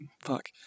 fuck